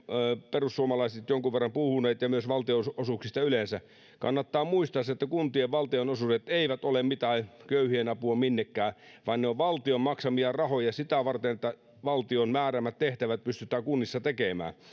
perussuomalaiset ovat jonkun verran puhuneet ja myös valtionosuuksista yleensä kannattaa muistaa se että kuntien valtionosuudet eivät ole mitään köyhienapua minnekään vaan ne ovat valtion maksamia rahoja sitä varten että valtion määräämät tehtävät pystytään kunnissa tekemään